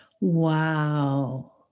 Wow